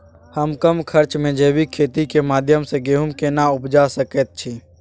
हम कम खर्च में जैविक खेती के माध्यम से गेहूं केना उपजा सकेत छी?